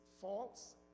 false